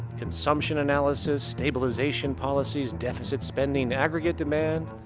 consumption analysis, stabilization policies, deficit spending, aggregate demand.